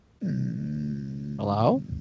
Hello